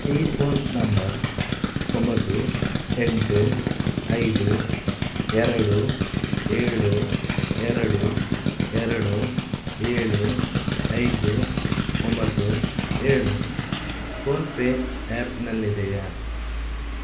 ಈ phone number ಒಂಬತ್ತು ಎಂಟು ಐದು ಎರಡು ಏಳು ಎರಡು ಎರಡು ಏಳು ಐದು ಒಂಬತ್ತು ಏಳು ಫೋನ್ ಪೇ ಆ್ಯಪ್ನಲ್ಲಿದೆಯಾ